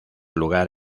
lugar